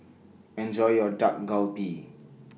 Enjoy your Dak Galbi